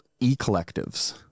e-collectives